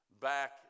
back